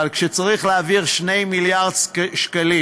אבל כשצריך להעביר 2 מיליארד שקלים